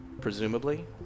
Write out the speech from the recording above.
presumably